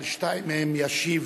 על שתיים מהן ישיב